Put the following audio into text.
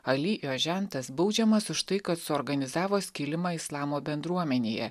ali jo žentas baudžiamas už tai kad suorganizavo skilimą islamo bendruomenėje